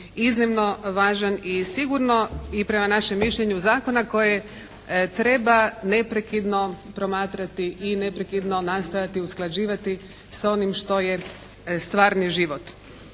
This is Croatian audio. iznimno važan i sigurno i prema našem mišljenju zakona koje treba neprekidno promatrati i neprekidno nastojati usklađivati s onim što je stvarni život.